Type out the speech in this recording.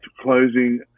closing